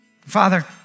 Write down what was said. Father